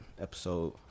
Episode